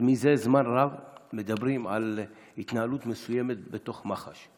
מזה זמן רב מדברים על התנהלות מסוימת בתוך מח"ש.